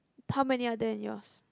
how many are there in yours